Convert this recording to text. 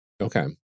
Okay